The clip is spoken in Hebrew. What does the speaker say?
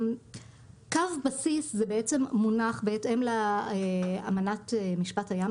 קו בסיס זה בעצם מונח בהתאם לאמנת משפט הים,